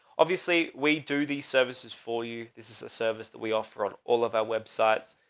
obviously we do these services for you. this is a service that we offer on all of our websites.